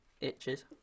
itches